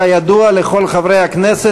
כידוע לכל חברי הכנסת,